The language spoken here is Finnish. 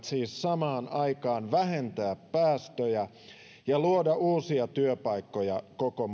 siis samaan aikaan kaikki mahdollisuudet vähentää päästöjä ja luoda uusia työpaikkoja koko